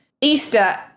Easter